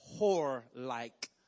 whore-like